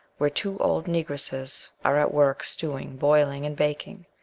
where two old negresses are at work, stewing, boiling, and baking,